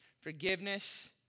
forgiveness